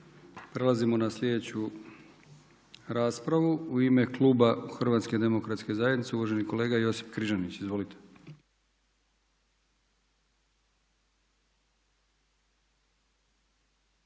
Prelazimo na sljedeću raspravu. U ime Kluba zastupnika HDZ-a uvaženi kolega Josip Križanić. Izvolite.